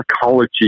psychology